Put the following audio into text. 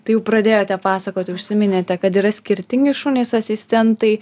tai jau pradėjote pasakoti užsiminėte kad yra skirtingi šunys asistentai